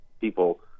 people